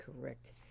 correct